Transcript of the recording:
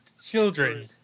children